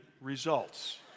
results